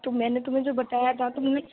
تو میں نے تمہیں جو بتایا تھا تم نے